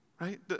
Right